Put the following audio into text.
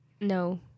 No